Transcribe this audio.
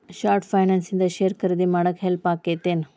short finance ಇಂದ share ಖರೇದಿ ಮಾಡಾಕ ಹೆಲ್ಪ್ ಆಗತ್ತೇನ್